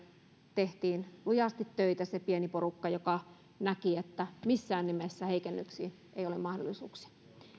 tehtiin lujasti töitä se pieni porukka joka näki että missään nimessä heikennyksiin ei ole mahdollisuuksia